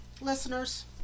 listeners